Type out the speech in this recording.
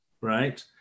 right